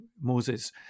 Moses